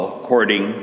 according